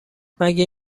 مگه